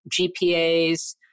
GPAs